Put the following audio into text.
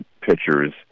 pitchers